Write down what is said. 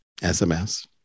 SMS